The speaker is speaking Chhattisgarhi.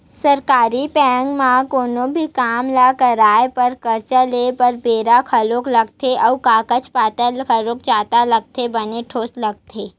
सरकारी बेंक म कोनो भी काम ल करवाय बर, करजा लेय बर बेरा घलोक लगथे अउ कागज पतर घलोक जादा लगथे बने पोठ लगथे